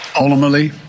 Ultimately